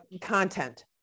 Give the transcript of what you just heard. content